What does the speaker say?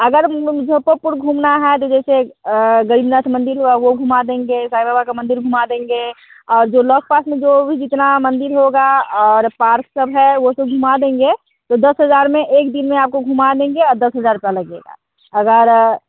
अगर मुज़फ़्फ़रपुर घूमना है तो जैसे ग़रीबनाथ मंदिर हुआ वो घूमा देंगे साई बाबा का मंदिर घुमा देंगे और जो आस पास जो भी जितने मंदिर होंगे और पार्क सब हैं वो घुमा देंगे तो दस हज़ार में एक दिन में आपको घुमा देंगे आर दस हज़ार रूपये लगेंगे अगर